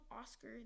Oscar